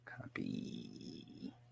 Copy